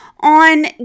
on